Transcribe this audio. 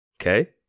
Okay